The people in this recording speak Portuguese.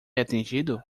atingido